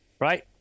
Right